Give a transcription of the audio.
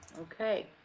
Okay